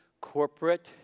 corporate